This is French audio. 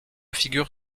figure